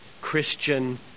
Christian